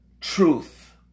truth